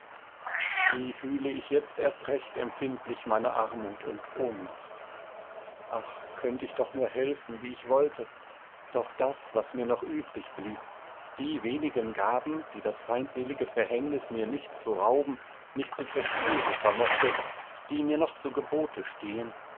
wie fühle ich jetzt erst recht empfindlich meine armut und ohnmacht ach könnt ich doch nur helfen wie ich wollte doch das was mir noch übrig blieb die wenigen gaben die das feindselige verhängnis mir nicht zu rauben nicht zu zerstören vermochte die mir noch zu gebote stehen